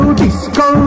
disco